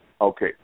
okay